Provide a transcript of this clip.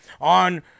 on